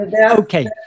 Okay